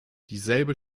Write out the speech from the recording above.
dieselbe